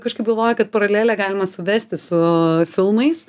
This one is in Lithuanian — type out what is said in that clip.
kažkaip galvoju kad paralelę galima suvesti su filmais